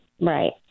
right